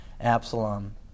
Absalom